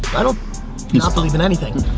i don't not believe in anything.